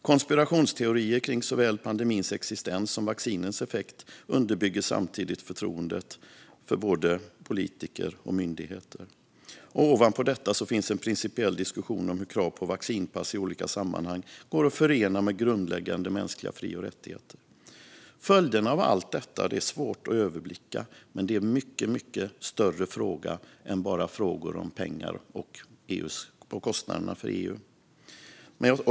Konspirationsteorier kring såväl pandemins existens som vaccinens effekt undergräver samtidigt förtroendet för både politiker och myndigheter. Ovanpå detta finns en principiell diskussion om hur krav på vaccinationspass i olika sammanhang går att förena med grundläggande mänskliga fri och rättigheter. Följderna av allt detta är svåra att överblicka, men det är en mycket större fråga än bara den om pengar och kostnaderna för EU.